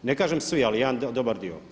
Ne kažem svi, ali jedan dobar dio.